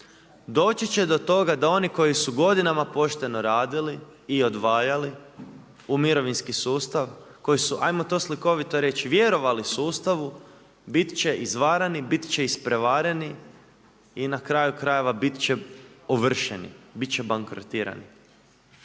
Doći će do toga da oni koji su godinama pošteno radili, i odvajali, u mirovinski sustav, koji su ajmo to slikovito reći vjerovali sustavu, bit će izvarani, bit će isprevareni, i na kraju krajeva, bit će ovršeni, bit će bankrotirani.